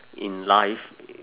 in life